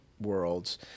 worlds